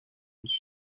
w’iki